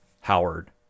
Howard